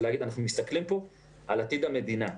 אנחנו מסתכלים פה על עתיד המדינה.